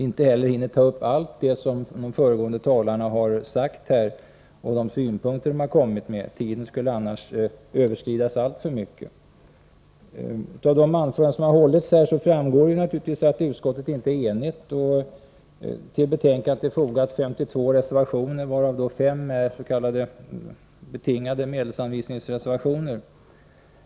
Inte heller hinner jag ta upp allt vad de föregående talarna har sagt här. Tiden skulle annars överskridas alltför mycket. Av de anföranden som hållits framgår naturligtvis att utskottet inte är enigt. Till betänkandet har fogats 52 reservationer, varav fem är s.k. betingade medelsanvisningsreservationer.